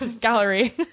gallery